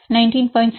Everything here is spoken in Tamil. Student 19